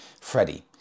Freddie